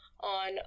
on